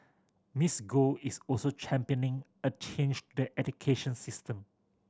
Miss Go is also championing a change to the education system